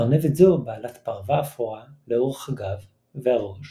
ארנבת זו בעלת פרווה אפורה לאורך הגב והראש